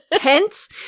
Hence